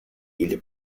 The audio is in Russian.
или